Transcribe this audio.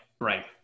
Right